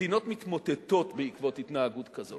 מדינות מתמוטטות בעקבות התנהגות כזאת.